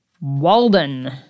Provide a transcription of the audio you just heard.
Walden